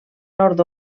nord